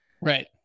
Right